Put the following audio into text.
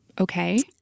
Okay